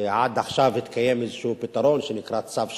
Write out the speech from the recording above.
עד עכשיו התקיים איזשהו פתרון שנקרא צו שחל,